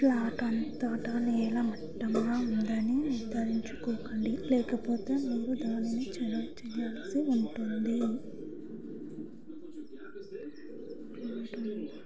plot అంతటా నేల మట్టంగా ఉందని నిర్ధారించుకోకండి లేకపోతే మీరు దానిని చదును చేయాల్సి ఉంటుంది